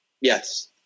Yes